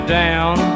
down